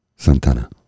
Santana